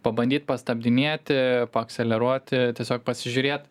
pabandyt pastabdinėti paakseleruoti tiesiog pasižiūrėt